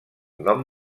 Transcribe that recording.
nom